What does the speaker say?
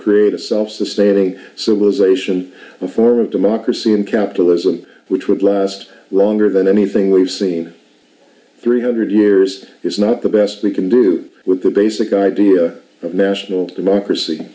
create a self sustaining civilization a form of democracy and capitalism which would last longer than anything we've seen three hundred years it's not the best we can do with the basic idea of national democracy